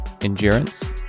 endurance